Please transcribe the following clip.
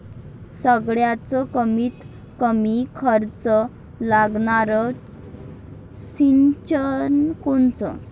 सगळ्यात कमीत कमी खर्च लागनारं सिंचन कोनचं?